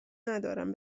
ندارم